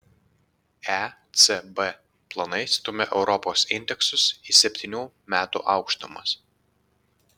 ecb planai stumia europos indeksus į septynių metų aukštumas